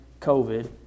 COVID